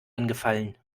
angefallen